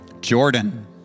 Jordan